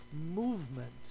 movement